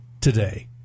today